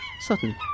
Sutton